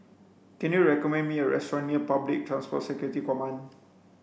can you recommend me a restaurant near Public Transport Security Command